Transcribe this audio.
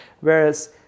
Whereas